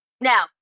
now